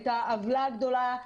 את העוולה הגדולה.